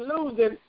losing